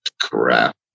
crap